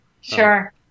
Sure